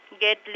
get